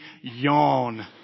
yawn